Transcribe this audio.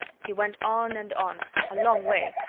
he went on and on a long way,